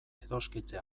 edoskitze